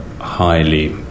highly